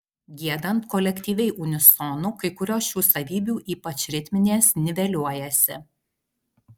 giedant kolektyviai unisonu kai kurios šių savybių ypač ritminės niveliuojasi